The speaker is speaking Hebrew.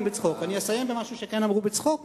אסיים במשהו שכן אמרו בצחוק.